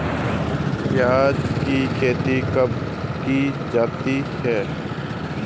प्याज़ की खेती कब की जाती है?